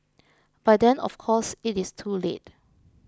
by then of course it is too late